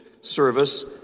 service